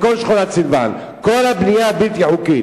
את כל שכונת סילואן, כל הבנייה הבלתי-חוקית.